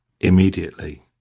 immediately